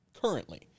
currently